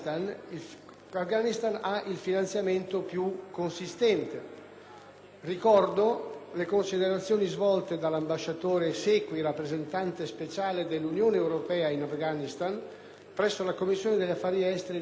Ricordo le considerazioni svolte dall'ambasciatore Sequi, rappresentante speciale dell'Unione europea in Afghanistan, presso la Commissione affari esteri lo scorso 6 novembre in merito alla problematicità delle missioni di pace nella zona.